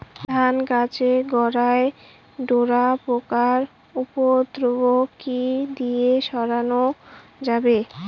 ধান গাছের গোড়ায় ডোরা পোকার উপদ্রব কি দিয়ে সারানো যাবে?